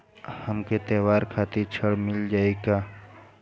हमके त्योहार खातिर त्रण मिल सकला कि ना?